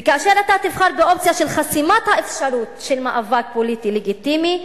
וכאשר אתה תבחר באופציה של חסימת האפשרות של מאבק פוליטי לגיטימי,